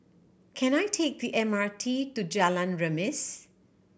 can I take the M R T to Jalan Remis